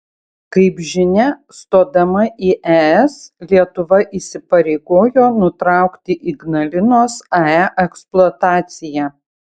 kaip žinia stodama į es lietuva įsipareigojo nutraukti ignalinos ae eksploataciją